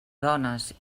dones